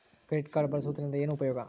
Credit card ಬಳಸುವದರಿಂದ ಏನು ಉಪಯೋಗ?